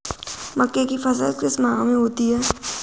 मक्के की फसल किस माह में होती है?